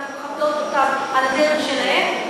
ואנחנו מכבדות אותן על הדרך שלהן,